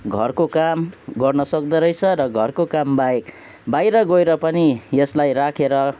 घरको काम गर्न सक्दोरहेछ र घरको कामबाहेक बाहिर गएर पनि यसलाई राखेर